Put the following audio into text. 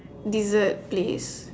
dessert place